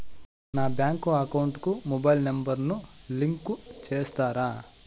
నా bank account కు mobile number ను లింకు చేస్తారా?